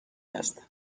است